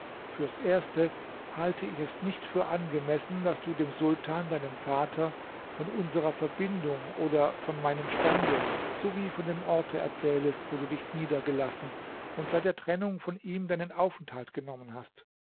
fürs erste halte ich es nicht für angemessen daß du dem sultan deinem vater von unserer verbindung oder von meinem stande sowie von dem orte erzählest wo du dich niedergelassen und seit der trennung von ihm deinen aufenthalt genommen hast